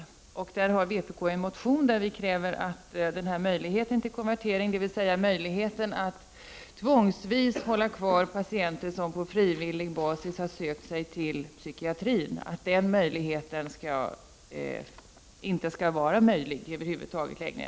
Vänsterpartiet kommunisterna har i detta sammanhang en motion i vilken vi kräver att möjligheten till konvertering, dvs. möjligheten att tvångsvis hålla kvar patienter som på frivillig basis har sökt sig till psykiatrin, helt och hållet skall försvinna.